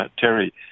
Terry